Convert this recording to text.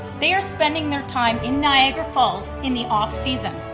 they are spending their time in niagara falls in the off season.